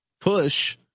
push